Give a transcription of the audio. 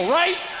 right